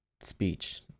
speech